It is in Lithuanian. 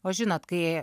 o žinot kai